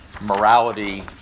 morality